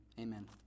amen